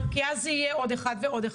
לשאלות.